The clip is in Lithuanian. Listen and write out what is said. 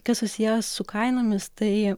kas susiję su kainomis tai